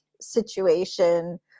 situation